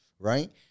Right